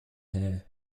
heir